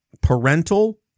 parental